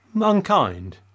unkind